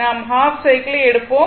நாம் ஹாஃப் சைக்கிளை எடுப்போம்